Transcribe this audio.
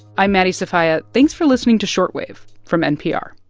i'm maddie sofia. thanks for listening to short wave from npr